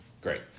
Great